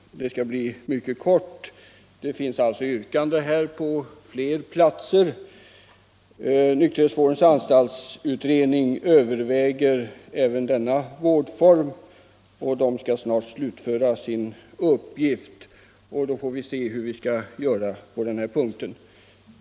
Det har framställts yrkanden från flera håll på ytterligare platser. Nykterhetsvårdens anstaltsutredning överväger även den vårdformen, och utredningen har snart slutfört sitt arbete. Då får vi se hur vi skall förfara med utbyggnaden utöver den som regeringen föreslår.